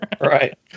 Right